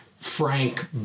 Frank